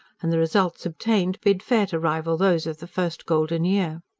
and the results obtained bid fair to rival those of the first golden year.